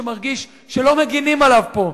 שמרגיש שלא מגינים עליו פה.